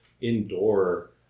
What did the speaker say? indoor